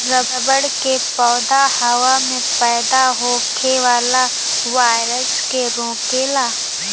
रबड़ के पौधा हवा में पैदा होखे वाला वायरस के रोकेला